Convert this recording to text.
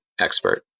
expert